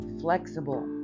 flexible